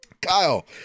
Kyle